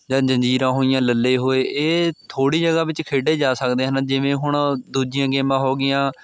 ਜਾਂ ਜੰਜੀਰਾਂ ਹੋਈਆਂ ਲੱਲੇ ਹੋਏ ਇਹ ਥੋੜ੍ਹੀ ਜਗ੍ਹਾ ਵਿੱਚ ਖੇਡੇ ਜਾ ਸਕਦੇ ਹਨ ਜਿਵੇਂ ਹੁਣ ਦੂਜੀਆ ਗੇਮਾਂ ਹੋ ਗਈਆਂ